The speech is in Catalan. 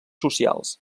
socials